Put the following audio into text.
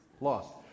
lost